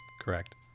Correct